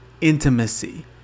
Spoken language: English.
intimacy